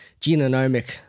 genomic